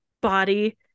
body